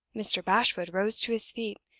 mr. bashwood rose to his feet,